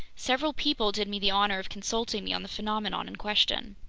several people did me the honor of consulting me on the phenomenon in question.